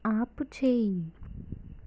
ఆపుచేయి